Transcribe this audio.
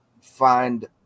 find